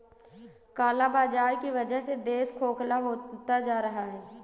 काला बाजार की वजह से देश खोखला होता जा रहा है